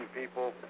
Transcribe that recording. people